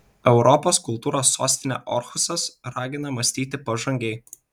europos kultūros sostinė orhusas ragina mąstyti pažangiai